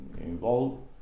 involved